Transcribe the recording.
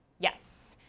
yes.